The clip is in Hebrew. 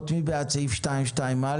מי בעד אישור סעיפים 2 ו-2א?